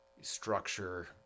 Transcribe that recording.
structure